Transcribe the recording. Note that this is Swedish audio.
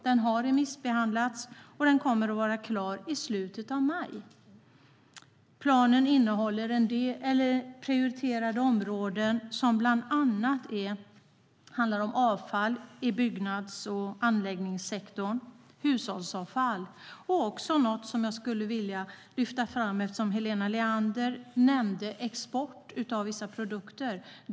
Den har remissbehandlats och kommer att vara klar i slutet av maj. Planen innehåller prioriterade områden som bland annat handlar om avfall i byggnads och anläggningssektorn, hushållsavfall och något som jag skulle vilja lyfta fram eftersom Helena Leander nämnde det, det vill säga export av vissa produkter.